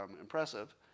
impressive